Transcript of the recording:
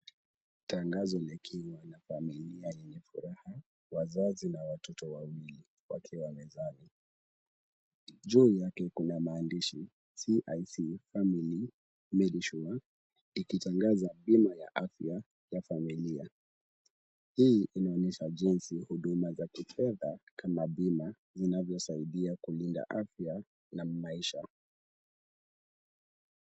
Tangazo la kinywa la familia yenye furaha wazazi na watoto wawili wakiwa mezani. Juu yake kuna maandishi CIC Family Medisure ikitangaza bima ya afya kwa familia. Hii inaonyesha jinsi huduma za kifedha kama bima inavyosaidia kulinda afya na maisha.